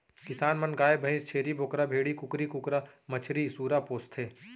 किसान मन गाय भईंस, छेरी बोकरा, भेड़ी, कुकरा कुकरी, मछरी, सूरा पोसथें